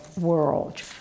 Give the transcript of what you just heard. world